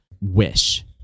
wish